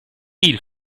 hill